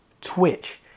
Twitch